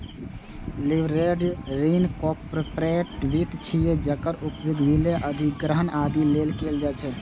leveraged ऋण corporate वित्त छियै, जेकर उपयोग विलय, अधिग्रहण, आदि लेल कैल जाइ छै